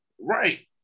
Right